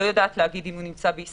אני לא יודעת להגיד אם הוא נמצא בישראל,